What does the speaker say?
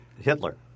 Hitler